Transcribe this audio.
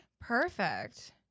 Perfect